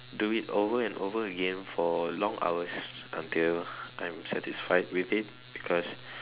do it over and over again for long hours until I'm satisfied with it because